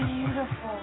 beautiful